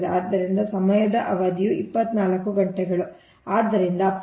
ಆದ್ದರಿಂದ ಸಮಯದ ಅವಧಿಯು 24 ಗಂಟೆಗಳು ಆದ್ದರಿಂದ ಪ್ಲಾಂಟ್ ಅಂಶವು 37